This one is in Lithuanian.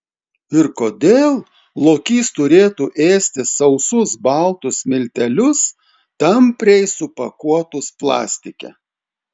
ir kodėl lokys turėtų ėsti sausus baltus miltelius tampriai supakuotus plastike